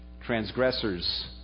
transgressors